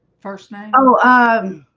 first name? oh, ah,